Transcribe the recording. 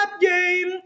game